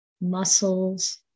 muscles